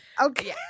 Okay